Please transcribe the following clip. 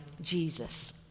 Jesus